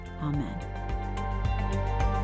amen